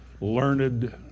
learned